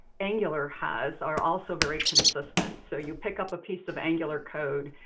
angular has are also very consistent. so you pick up a piece of angular code,